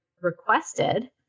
requested